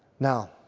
Now